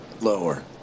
Lower